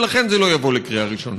ולכן זה לא יבוא לקריאה ראשונה.